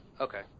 Okay